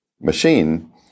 machine